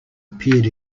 appeared